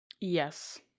Yes